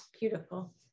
Beautiful